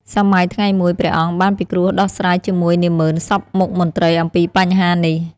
សម័យថ្ងៃមួយ ព្រះអង្គបានពិគ្រោះដោះស្រាយជាមួយនាម៉ឺនសព្វមុខមន្ត្រីអំពីបញ្ហានេះ។